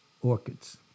orchids